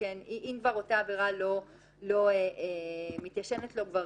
אם אותה עבירה כבר לא מתיישנת לו,